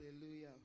hallelujah